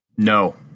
No